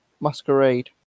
Masquerade